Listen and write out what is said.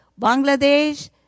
Bangladesh